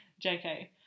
jk